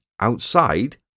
outside